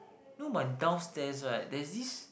know my downstairs right there this